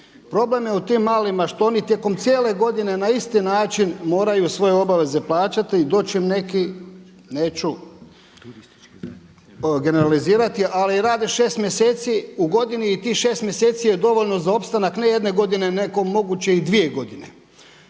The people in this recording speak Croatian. Problem je u tim malima što oni tijekom cijele godine na isti način moraju svoje obaveze plaćati i doći će im neki neću generalizirati ali rade šest mjeseci u godini i tih šest mjeseci je dovoljno za opstanak ne jedne godine nego moguće i dvije godine.